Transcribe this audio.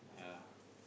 yeah